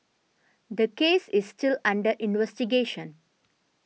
the case is still under investigation